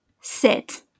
sit